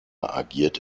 agiert